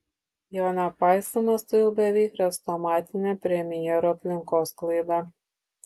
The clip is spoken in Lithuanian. jo nepaisymas tai jau beveik chrestomatinė premjero aplinkos klaida